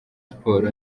sport